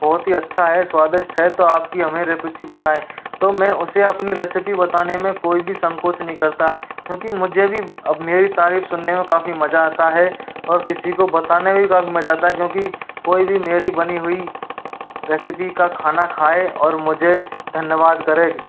बहुत ही अच्छा है स्वादिष्ट है तो आपकी हमें रेपेसि बताएँ तो मैं उसे अपनी रेसिपी बताने में कोई भी संकोच नहीं करता क्योंकि मुझे भी अब मेरी तारीफ सुनने में काफ़ी मजा आता है और किसी को बताने में भी काफ़ी मजा आता है क्योंकि कोई भी मेरी बनी हुई रेसिपी का खाना खाए और मुझे धन्यवाद करें